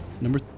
number